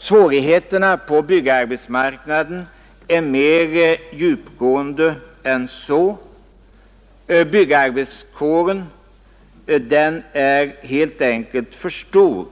Svårigheterna på byggarbetsmarknaden är mer djupgående än så. Byggnadsarbetarkåren är helt enkelt för stor,